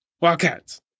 Wildcats